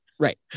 Right